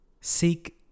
Seek